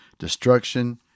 Destruction